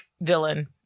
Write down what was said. villain